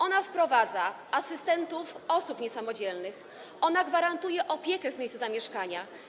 Ona wprowadza asystentów osób niesamodzielnych, ona gwarantuje opiekę w miejscu zamieszkania.